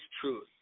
truth